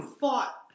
fought